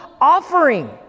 offering